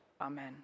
Amen